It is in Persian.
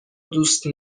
دوست